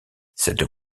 cette